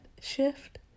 shift